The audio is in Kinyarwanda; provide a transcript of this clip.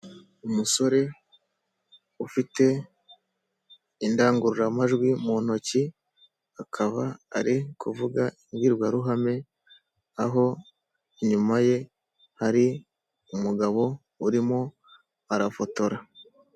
Umusore ufite indangururamajwi mu ntoki akaba ari kuvuga imbwirwaruhame aho inyuma ye hari umugabo urimo arafotora.